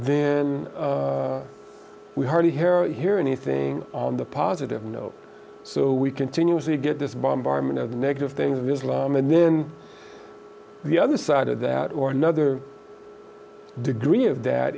then we hardly hear anything on the positive note so we continually get this bombardment of negative things of islam and then the other side of that or another degree of that